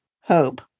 hope